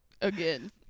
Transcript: again